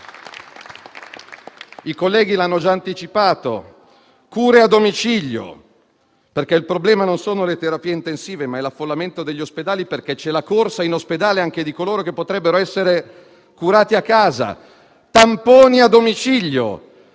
I colleghi l'hanno già anticipato: cure a domicilio; il problema non sono le terapie intensive, ma l'affollamento degli ospedali, perché c'è la corsa in ospedale anche di coloro che potrebbero essere curati a casa. Tamponi a domicilio.